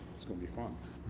it's gonna be fun,